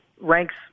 ranks